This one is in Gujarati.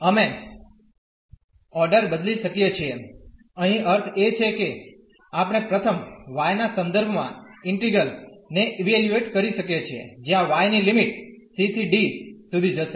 અમે ઓર્ડર બદલી શકીએ છીએ અહીં અર્થ એ છે કે આપણે પ્રથમ y ના સંદર્ભમાં ઇન્ટીગ્રલ ને ઇવેલ્યુએટ કરી શકીએ છીએ જ્યાં y ની લિમિટ c ¿ d સુધી જશે